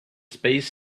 space